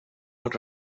els